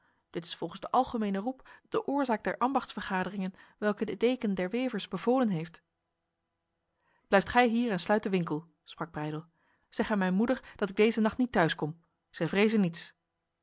dit is volgens de algemene roep de oorzaak der ambachtsvergaderingen welke de deken der wevers bevolen heeft blijf gij hier en sluit de winkel sprak breydel zeg aan mijn moeder dat ik deze nacht niet thuis kom zij vreze niets